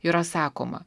yra sakoma